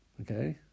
okay